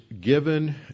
given